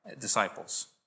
disciples